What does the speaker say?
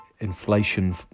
inflation